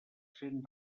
cent